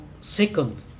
second